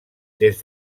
des